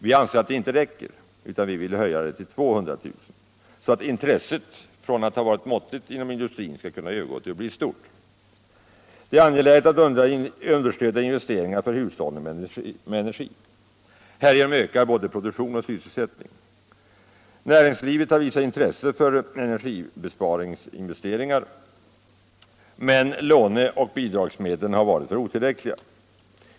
Vi anser att det inte räcker, och vi vill höja det till 200 000 kr., så att intresset från att ha varit måttligt inom industrin skall kunna övergå till att bli stort. Det är angeläget att understödja investeringar för hushållning med energi. Härigenom ökar både produktion och sysselsättning. Näringslivet har visat intresse för energibesparande investeringar, men låneoch bidragsmedlen har varit för otillräckliga.